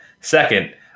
Second